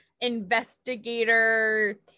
investigator